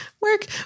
Work